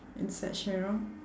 in such you know